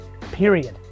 Period